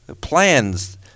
plans